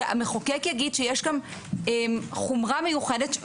שהמחוקק יגיד שיש פה חומרה מיוחדת,